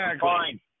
fine